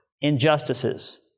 injustices